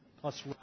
plus